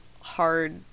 hard